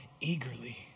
eagerly